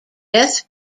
death